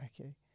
okay